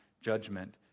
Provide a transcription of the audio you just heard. judgment